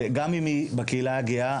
גם אם היא בקהילה הגאה,